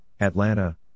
Atlanta